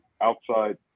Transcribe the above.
outside